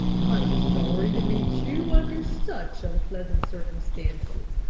i'm sorry to meet you under such unpleasant circumstances.